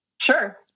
sure